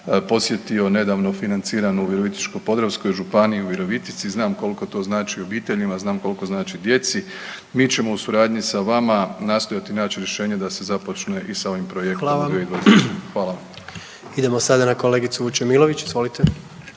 posjetio, nedavno financirano u Virovitičko-podravskoj županiji u Virovitici, znam koliko to znači obiteljima, znam koliko znači djeci. Mi ćemo u suradnji sa vama nastojati naći rješenje da se započne i sa ovim projektom u 2022. Hvala vam. **Jandroković, Gordan (HDZ)** Hvala vam. Idemo sada na kolegicu Vučemilović, izvolite.